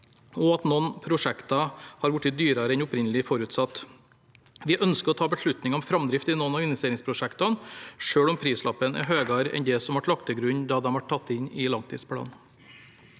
og at noen prosjekter har blitt dyrere enn opprinnelig forutsatt. Vi ønsker å ta beslutninger om framdrift i noen investeringsprosjekter selv om prislappen er høyere enn det som ble lagt til grunn da de ble tatt inn i langtidsplanen.